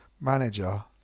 manager